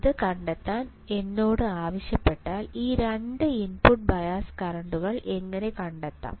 ഇത് കണ്ടെത്താൻ എന്നോട് ആവശ്യപ്പെട്ടാൽ ഈ 2 ഇൻപുട്ട് ബയസ് കറന്റുകൾ എങ്ങനെ കണ്ടെത്താം